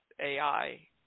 AI